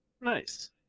Nice